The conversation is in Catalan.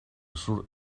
surt